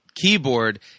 keyboard